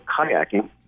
kayaking